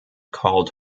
called